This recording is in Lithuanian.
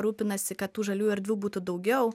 rūpinasi kad tų žalių erdvių būtų daugiau